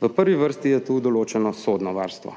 v prvi vrsti je tu določeno sodno varstvo.